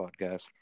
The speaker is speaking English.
podcast